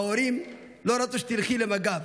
ההורים לא רצו שתלכי למג"ב,